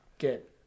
Get